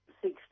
Six